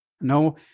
No